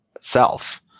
self